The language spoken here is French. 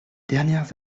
dernières